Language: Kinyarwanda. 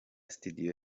studio